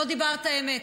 לא דיברת אמת.